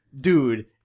dude